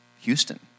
Houston